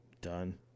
Done